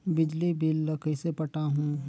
बिजली बिल ल कइसे पटाहूं?